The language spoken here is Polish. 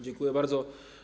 Dziękuję bardzo.